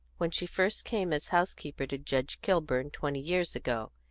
when she first came as house-keeper to judge kilburn, twenty years ago,